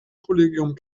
kollegium